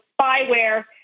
spyware